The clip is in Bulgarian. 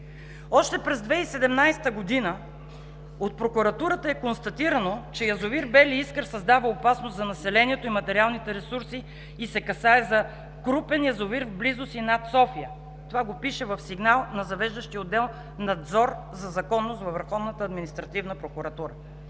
„Още през 2017 г. от прокуратурата е констатирано, че язовир „Бели Искър“ създава опасност за населението и материалните ресурси – касае се за крупен язовир в близост и над София“ – това го пише в сигнал на завеждащия отдел „Надзор за законност“ във Върховната административна прокуратура.